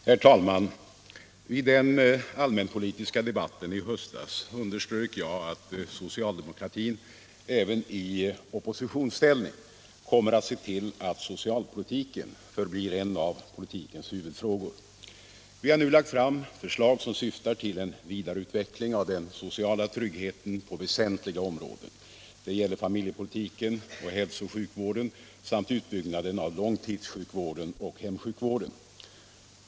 Herr talman! I den allmänpolitiska debatten i höstas underströk jag att socialdemokratin även i oppositionsställning kommer att se till att socialpolitiken förblir en av politikens huvudfrågor. Vi har nu lagt fram förslag som syftar till en vidareutveckling av den sociala tryggheten på väsentliga områden. Det gäller familjepolitiken, hälso och sjukvården samt utbyggnaden av långtidssjukvården och hemsjukvården.